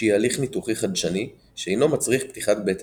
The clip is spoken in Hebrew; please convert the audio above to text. שהיא הליך ניתוחי חדשני שאינו מצריך פתיחת בטן.